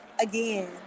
Again